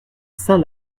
saint